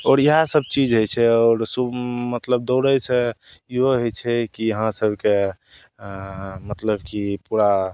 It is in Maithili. आओर इएह सब चीज होइ छै आओर सु मतलब दौड़यसँ इहो होइ छै की अहाँसब कए मतलब की पूरा